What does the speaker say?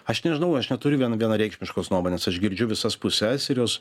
aš nežinau aš neturiu viena vienareikšmiškos nuomonės aš girdžiu visas puses ir jos